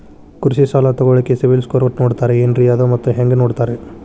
ಕೃಷಿ ಸಾಲ ತಗೋಳಿಕ್ಕೆ ಸಿಬಿಲ್ ಸ್ಕೋರ್ ನೋಡ್ತಾರೆ ಏನ್ರಿ ಮತ್ತ ಅದು ಹೆಂಗೆ ನೋಡ್ತಾರೇ?